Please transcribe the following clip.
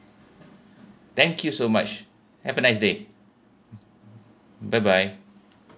thank you so much have a nice day bye bye